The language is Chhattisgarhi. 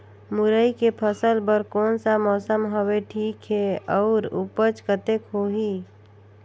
मुरई के फसल बर कोन सा मौसम हवे ठीक हे अउर ऊपज कतेक होही?